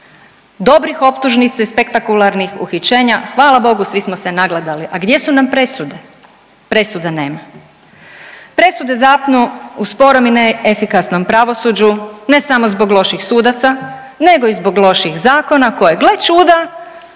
Dobrih optužnica i spektakularnih uhićenja hvala Bogu svi smo se nagledali, a gdje su nam presude? Presuda nema. Presude zapnu u spornom i neefikasnom pravosuđu ne samo zbog loših sudaca nego i zbog loših zakona koje gle čuda